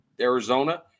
Arizona